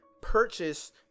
purchase